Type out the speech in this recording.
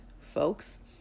folks